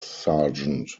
sergeant